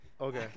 okay